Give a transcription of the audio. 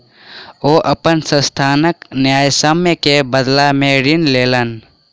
ओ अपन संस्थानक न्यायसम्य के बदला में ऋण लेलैन